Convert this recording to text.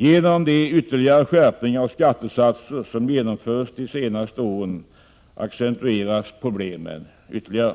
Genom de ytterligare skärpningar av skattesatser som genomförts de senaste åren accentueras problemen ytterligare.